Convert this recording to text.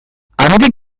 handik